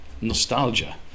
nostalgia